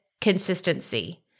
consistency